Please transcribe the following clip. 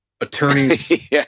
attorneys